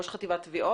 ראש חטיבת תביעות?